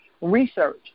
research